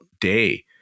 day